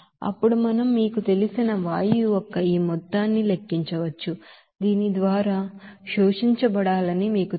అప్పుడు మనం మీకు తెలిసిన వాయువు యొక్క ఈ మొత్తాన్ని లెక్కించవచ్చు దీని ద్వారా మీరు అబ్సర్బెడ్ అవ్వాలని మీకు తెలుసు